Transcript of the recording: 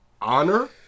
honor